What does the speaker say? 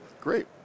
great